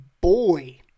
boy